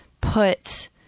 put